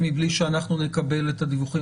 שיהיה ברור,